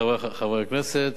חברי חברי הכנסת,